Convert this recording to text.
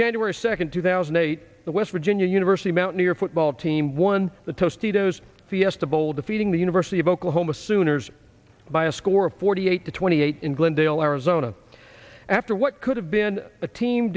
january second two thousand and eight the west virginia university mountaineer football team won the toast ito's fiesta bowl defeating the university of oklahoma sooners by a score of forty eight to twenty eight in glendale arizona after what could have been a team